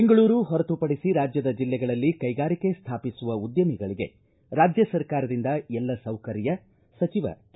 ಬೆಂಗಳೂರು ಹೊರತು ಪಡಿಸಿ ರಾಜ್ಯದ ಜಿಲ್ಲೆಗಳಲ್ಲಿ ಕೈಗಾರಿಕೆ ಸ್ವಾಪಿಸುವ ಉದ್ದಮಿಗಳಿಗೆ ರಾಜ್ಯ ಸರ್ಕಾರದಿಂದ ಎಲ್ಲ ಸೌಕರ್ಯ ಸಚಿವ ಕೆ